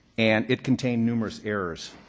and it contained numerous errors.